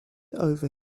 over